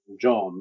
John